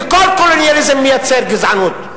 וכל קולוניאליזם מייצר גזענות.